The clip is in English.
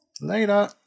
Later